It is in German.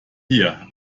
hier